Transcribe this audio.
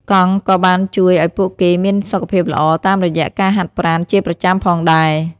កង់ក៏បានជួយឱ្យពួកគេមានសុខភាពល្អតាមរយៈការហាត់ប្រាណជាប្រចាំផងដែរ។